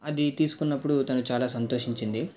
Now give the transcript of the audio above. అది తీసుకున్నప్పుడు తను చాలా సంతోషించింది